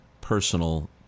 personal